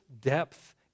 depth